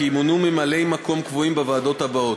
ימונו ממלאי-מקום קבועים בוועדות הבאות: